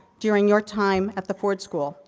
during your time at the ford school.